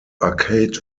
arcade